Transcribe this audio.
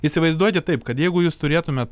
įsivaizduokit taip kad jeigu jūs turėtumėt